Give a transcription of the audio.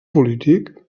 polític